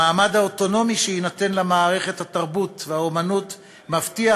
המעמד האוטונומי שיינתן למערכת התרבות והאמנות מבטיח,